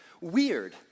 weird